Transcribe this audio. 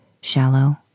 shallow